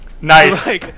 Nice